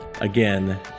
again